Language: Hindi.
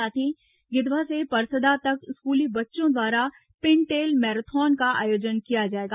साथ ही गिधवा से परसदा तक स्कूली बच्चों द्वारा पिनटेल मैराथन का आयोजन किया जाएगा